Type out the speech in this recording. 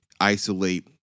isolate